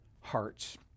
hearts